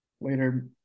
later